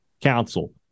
Council